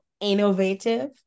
innovative